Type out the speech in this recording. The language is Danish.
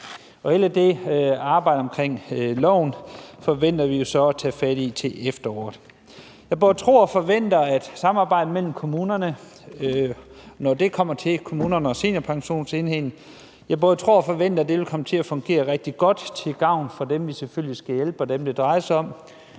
Og det arbejde omkring loven forventer vi så at tage fat på til efteråret. Jeg både tror og forventer, at samarbejdet mellem kommunerne og seniorpensionsenheden vil komme til at fungere rigtig godt til gavn for dem, vi selvfølgelig skal hjælpe, og dem, som det drejer sig om,